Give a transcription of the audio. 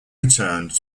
returned